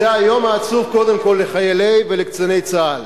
זה היום העצוב לחיילי וקציני צה"ל,